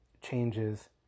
changes